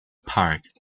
park